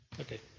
Okay